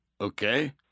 Okay